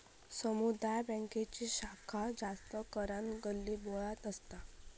समुदाय बॅन्कांची शाखा जास्त करान गल्लीबोळ्यात असता